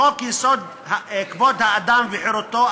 בחוק-יסוד: כבוד האדם וחירותו,